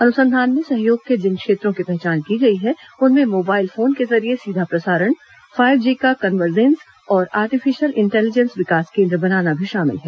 अनुसंधान में सहयोग के जिन क्षेत्रों की पहचान की गई है उनमें मोबाइल फोन के जरिये सीधा प्रसारण फाइव जी का कन्वर्जेन्स और आर्टिफिशयल इंटेलीजेंस विकास केन्द्र बनाना भी शामिल हैं